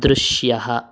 दृश्यः